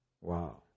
Wow